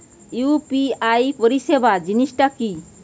UPI পরিসেবা জিনিসটা কি?